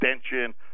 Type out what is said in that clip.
extension